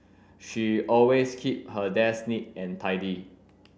she always keep her desk neat and tidy